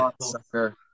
sucker